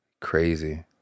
Crazy